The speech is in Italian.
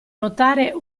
notare